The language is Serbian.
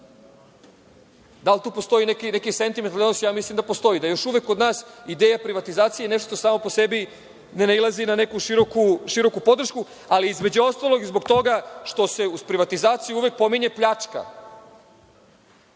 Da li tu postoji neki sentimentalni odnos? Ja mislim da postoji, zato što je još uvek kod nas ideja privatizacije nešto što samo po sebi ne nailazi na neku široku podršku, ali, između ostalog, i zbog toga što se uz privatizaciju uvek pominje pljačka.